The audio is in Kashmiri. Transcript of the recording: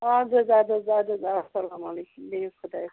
آد حظ اَدٕ حظ اَدٕ حظ اسَلام علیکُم بِہو خۄدایَس حَوالہٕ